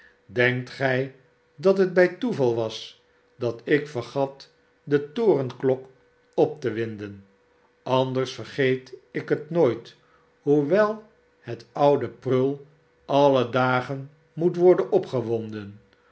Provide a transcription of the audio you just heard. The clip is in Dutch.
denkt gij dat het bij toeval was dat ik vergat de torenklok op te winden anders vergeet ik het nooit hoewel het oude prul alle dagen moet worden